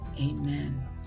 Amen